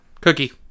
Cookie